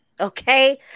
Okay